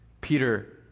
Peter